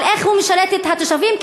על איך הוא משרת את התושבים.